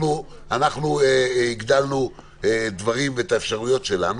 אנחנו הגדלנו דברים ואת האפשרויות שלנו.